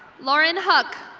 lauren huck.